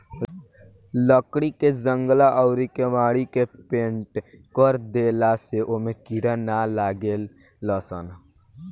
लकड़ी के जंगला अउरी केवाड़ी के पेंनट कर देला से ओमे कीड़ा ना लागेलसन